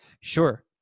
Sure